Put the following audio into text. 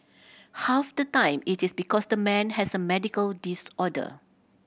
half the time it is because the man has a medical disorder